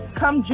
come